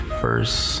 first